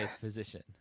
physician